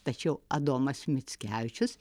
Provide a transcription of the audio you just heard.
tačiau adomas mickevičius